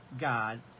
God